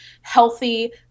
healthy